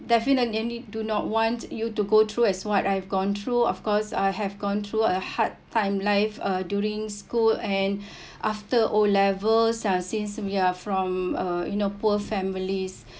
definitely we do not want you to go through as what I've gone through of course I have gone through a hard time life uh during school and after O levels uh since we are from uh you know poor families